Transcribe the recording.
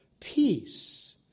Peace